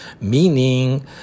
meaning